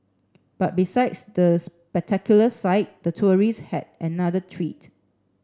but besides the spectacular sight the tourist had another treat